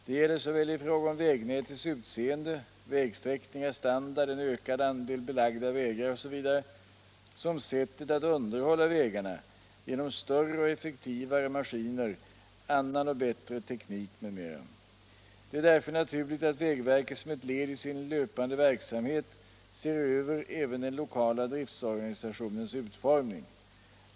Det gäller i fråga om såväl vägnätets utseende — vägsträckningar, standard, en ökad andel belagda vägar osv. — som sättet att underhålla vägarna, genom större och effektivare maskiner, annan och bättre teknik m.m. Det är därför naturligt att vägverket som ett led i sin löpande verksamhet ser över även den lokala driftorganisationens utformning.